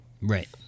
Right